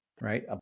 right